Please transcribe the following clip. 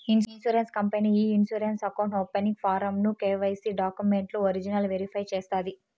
insurance company ఈ insurance account opening form ను KYC డాక్యుమెంట్లు ఒరిజినల్ వెరిఫై చేస్తాది